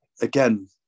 again